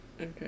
Okay